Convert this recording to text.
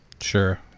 Sure